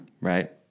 right